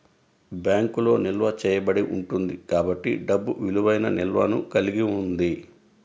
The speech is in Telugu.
బ్యాంకులో నిల్వ చేయబడి ఉంటుంది కాబట్టి డబ్బు విలువైన నిల్వను కలిగి ఉంది